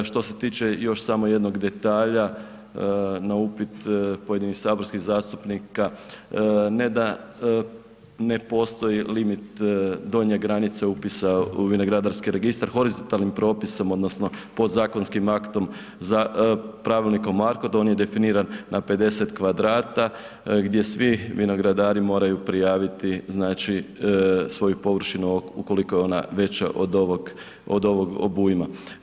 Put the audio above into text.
Što se tiče još samo jednog detalja na upit pojedinih saborskih zastupnika ne da ne postoji limit donje granice upisa u vinogradarski registar, … [[Govornik se ne razumije]] propisom odnosno podzakonskim aktom za, pravilnikom… [[Govornik se ne razumije]] on je definiran na 50 m2, gdje svi vinogradari moraju prijaviti, znači, svoju površinu ukoliko je ona veća od ovog obujma.